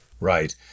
Right